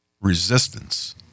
resistance